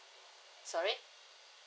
sorry